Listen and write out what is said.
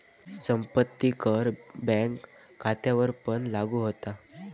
संपत्ती कर बँक खात्यांवरपण लागू होता